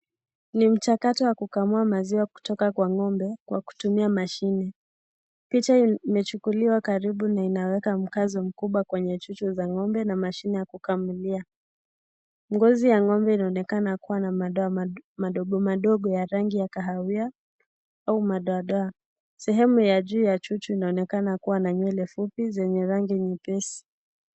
Ni mchakato wa kukamua maziwa kutoka kwa ng'ombe kwa kutumia mashine picha imechukuliwa karibu na inaweka mkazo mkubwa kwenye chuchu za ng'ombe na mashine ya kukamulia ngonzi ya ng'ombe inaonekana kuwa na madoa madogo madogo ya rangi ya kahawia ama madoadoa sehemu ya chuchu inaonekana kuwa na nywele fupi zenye rangi nyepesi .